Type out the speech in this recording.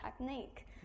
technique